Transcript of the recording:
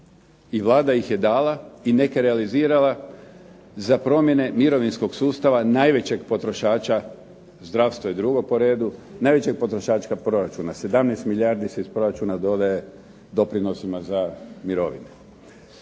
i Vlada ih je dala i neke realizirala za promjene mirovinskog sustava najvećeg potrošača. Zdravstvo je drugo po redu, najvećeg potrošača proračuna. 17 milijardi se iz proračuna dole doprinosima za mirovinu.